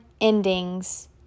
endings